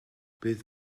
bydd